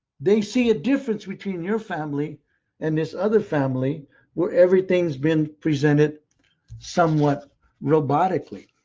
they see a difference between your family and this other family where everything has been presented somewhat robotically.